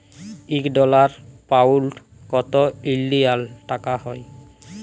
ইক dollar, pound কত ইলডিয়াল টাকা হ্যয়